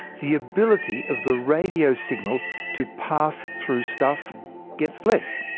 the ability of the radio signal to pass through stuff gets less.